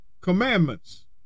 commandments